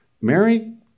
Mary